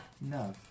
no